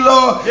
Lord